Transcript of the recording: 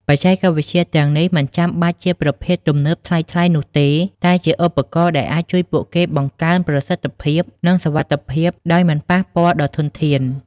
បច្ចេកវិទ្យាទាំងនេះមិនចាំបាច់ជាប្រភេទទំនើបថ្លៃៗនោះទេ តែជាឧបករណ៍ដែលអាចជួយពួកគេបង្កើនប្រសិទ្ធភាព និងសុវត្ថិភាពដោយមិនប៉ះពាល់ដល់ធនធាន។